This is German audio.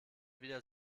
wieder